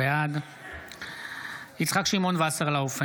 בעד יצחק שמעון וסרלאוף,